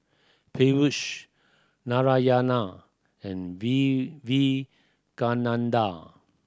Peyush Narayana and Vivekananda